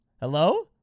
Hello